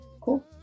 cool